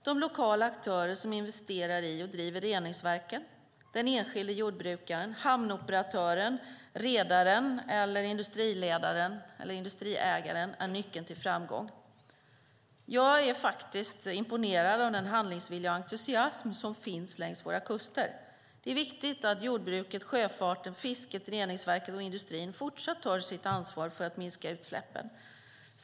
De lokala aktörer som investerar i och driver reningsverken, den enskilda jordbrukaren, hamnoperatören, redaren, industriledaren eller industriägaren är nyckeln till framgång. Jag är faktiskt imponerad av den handlingsvilja och entusiasm som finns längs våra kuster. Det är viktigt att jordbruket, sjöfarten, fisket, reningsverken och industrin fortsatt tar sitt ansvar för att minska utsläppen.